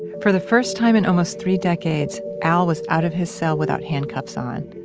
for the first time in almost three decades, al was out of his cell without handcuffs on.